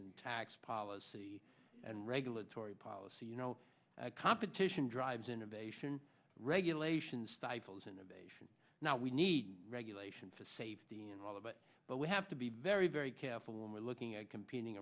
in tax policy and regulatory policy you know competition drives innovation regulations stifles innovation now we need regulation for safety and all of it but we have to be very very careful when we're looking at competing